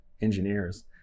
engineers